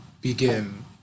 begin